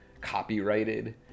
copyrighted